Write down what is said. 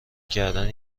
کردن